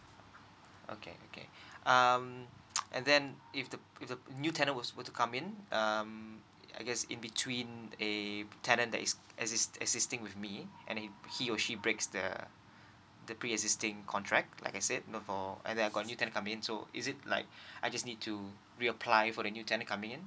okay okay um and then if the if the new tenants wasn't able to come in um I guess in between a tenant that is exist existing with me and him he or she breaks the the pre existing contract like I said note for and then I got new tenent come in so is it like I just need to reapply for the new tenant coming in